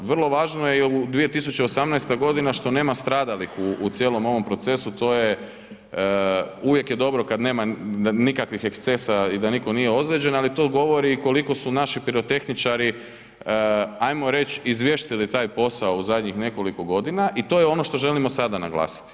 Vrlo važno je i 2018. godina što nema stradalih u cijelom ovom procesu, to je, uvijek je dobro kad nema nikakvih ekscesa i da nitko nije ozlijeđen ali to govori i koliko su naši pirotehničari ajmo reći izvještili taj posao u zadnjih nekoliko godina i to je ono što želimo sada naglasiti.